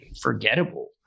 forgettable